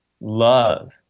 love